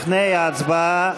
לפני ההצבעה,